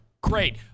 great